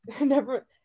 never-